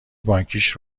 بانکیش